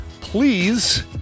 please